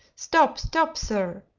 stop, stop, sir!